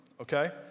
okay